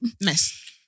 Mess